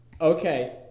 Okay